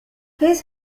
his